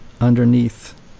underneath